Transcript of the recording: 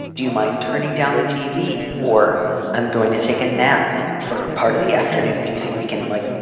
do you mind turning down the tv or i'm going to take a nap for part of the afternoon. do you think we can, like,